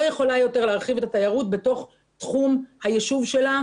לא יכולה יותר להרחיב את התיירות בתוך תחום הישוב שלה.